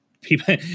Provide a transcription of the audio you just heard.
people